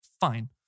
fine